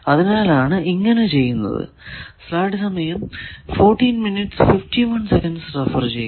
അതിനാലാണ് ഇങ്ങനെ ചെയ്തത്